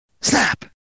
Snap